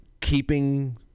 keeping